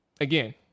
again